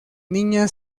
niña